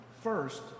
First